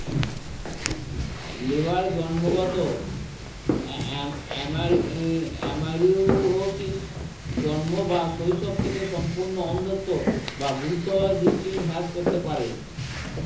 labour জন্মগত amaurosis জন্ম বা শৈশব থেকে সম্পূর্ণ অন্ধত্ব বা গুরুত্বভাবে দৃষ্টির হ্রাস করতে পারে